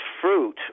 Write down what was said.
fruit